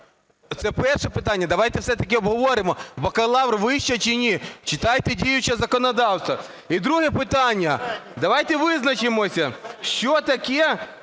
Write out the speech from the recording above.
Це перше питання. Давайте все-таки обговоримо: бакалавр - вища чи ні? Читайте діюче законодавство. І друге питання. Давайте визначимося, що таке